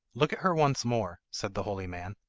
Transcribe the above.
look at her once more said the holy man,